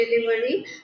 delivery